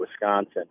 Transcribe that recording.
Wisconsin